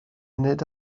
nid